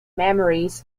memories